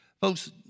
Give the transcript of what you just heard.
Folks